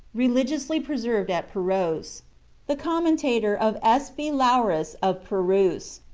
religiously preserved at perouse the commentator of s. b. laurus of perouse,